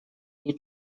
jej